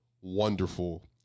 wonderful